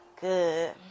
Good